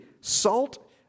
salt